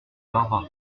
barbara